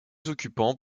occupants